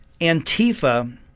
antifa